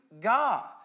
God